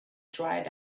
dried